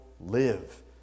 live